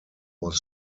was